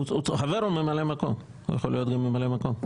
חבר הוא ממלא מקום, הוא יכול להיות גם ממלא מקום,